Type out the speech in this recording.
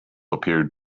appeared